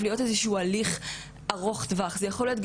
בשותף לחקיקה ולמניעה,